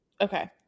Okay